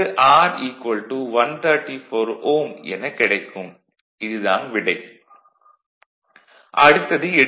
vlcsnap 2018 11 05 10h17m43s74 அடுத்தது எ